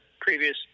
previous